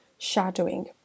shadowing